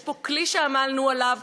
יש פה כלי שעמלנו עליו.